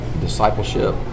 discipleship